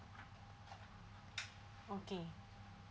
okay